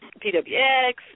PWX